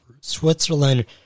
Switzerland